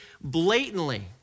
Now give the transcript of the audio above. blatantly